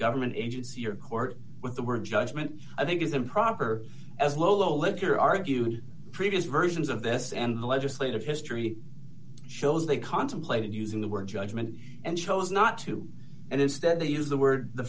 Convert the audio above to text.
government agency or court with the word judgment i think is improper as lolo liquor argued previous versions of this and legislative history shows they contemplated using the word judgment and chose not to and instead they use the word the